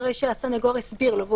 אחרי שהסנגור הסביר לו,